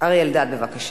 אריה אלדד, בבקשה.